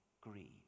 greed